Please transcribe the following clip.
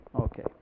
Okay